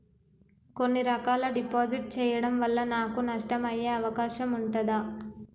కొన్ని రకాల డిపాజిట్ చెయ్యడం వల్ల నాకు నష్టం అయ్యే అవకాశం ఉంటదా?